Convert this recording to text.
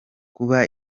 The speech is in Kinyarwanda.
kuba